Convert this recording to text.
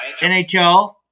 NHL